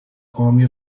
army